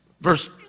verse